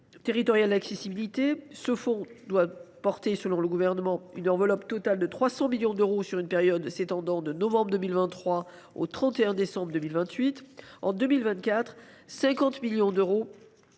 territorial d’accessibilité (FTA). Ce fonds doit être crédité, selon le Gouvernement, d’une enveloppe totale de 300 millions d’euros sur une période s’étendant de novembre 2023 au 31 décembre 2028. En 2024, 50 millions d’euros